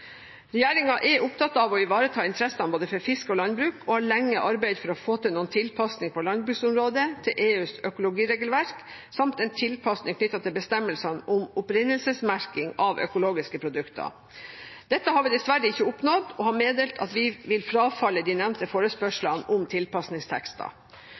er opptatt av å ivareta interessene både for fisk og for landbruk og har lenge arbeidet for å få noen tilpasninger på landbruksområdet til EUs økologiregelverk samt en tilpasning knyttet til bestemmelsene om opprinnelsesmerking av økologiske produkter. Dette har vi dessverre ikke oppnådd, og vi har meddelt at vi vil frafalle de nevnte